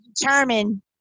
determine